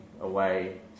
away